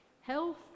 health